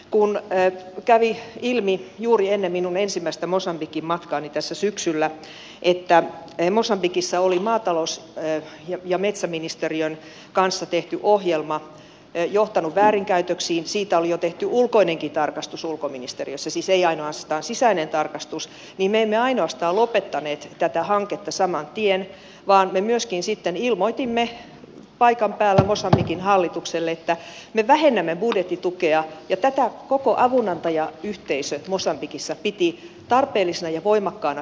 kun kävi ilmi juuri ennen minun ensimmäistä mosambikin matkaani tässä syksyllä että mosambikissa oli maa ja metsätalousministeriön kanssa tehty ohjelma johtanut väärinkäytöksiin siitä oli jo tehty ulkoinenkin tarkastus ulkoministeriössä siis ei ainoastaan sisäinen tarkastus niin me emme ainoastaan lopettaneet tätä hanketta saman tien vaan me myöskin sitten ilmoitimme paikan päällä mosambikin hallitukselle että me vähennämme budjettitukea ja tätä koko avunantajayhteisö mosambikissa piti tarpeellisena ja voimakkaana signaalina